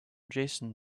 jason